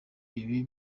ibi